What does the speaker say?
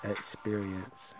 Experience